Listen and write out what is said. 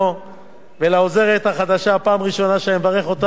פעם ראשונה שאני מברך אותה על תרומתה מעל הדוכן,